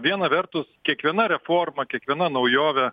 viena vertus kiekviena reforma kiekviena naujovė